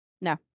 No